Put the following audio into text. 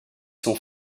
sont